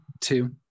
two